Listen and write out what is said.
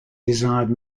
desired